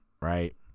right